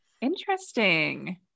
Interesting